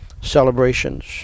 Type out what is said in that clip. celebrations